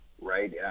right